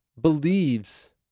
believes